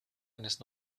eines